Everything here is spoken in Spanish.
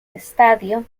estadio